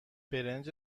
برنج